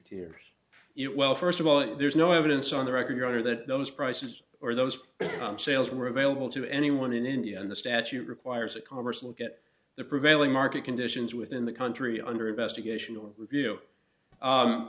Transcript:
know well first of all there's no evidence on the record your honor that those prices or those sales were available to anyone in india and the statute requires that congress will get the prevailing market conditions within the country under investigation or review